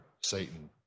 Satan